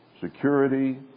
security